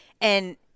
And-